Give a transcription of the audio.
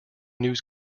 news